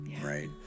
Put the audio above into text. Right